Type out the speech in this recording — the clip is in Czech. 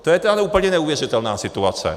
To je úplně neuvěřitelná situace.